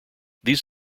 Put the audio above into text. these